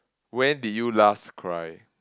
when did you last cry